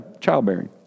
childbearing